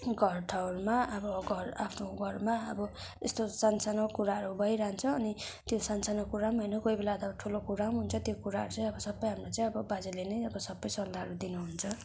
घरठरमा अब घर आफ्नो घरमा अब यस्तो सानो सानो कुराहरू भइरहन्छ अनि त्यो सानो सानो कुरा पनि होइन ठुलो कुरा पनि हुन्छ त्यो कुराहरू चाहिँ सबै हाम्रो चाहिँ बाजेले नै सबै सल्लाहहरू दिनुहुन्छ